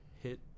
hit